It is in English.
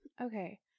Okay